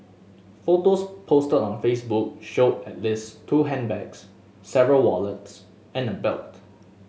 photos posted on Facebook showed at least two handbags several wallets and a belt